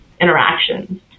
interactions